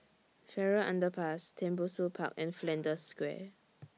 Farrer Underpass Tembusu Park and Flanders Square